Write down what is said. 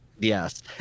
yes